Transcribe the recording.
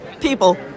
People